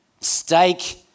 steak